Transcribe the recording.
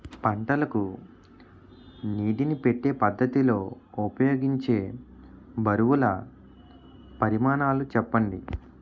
పంటలకు నీటినీ పెట్టే పద్ధతి లో ఉపయోగించే బరువుల పరిమాణాలు చెప్పండి?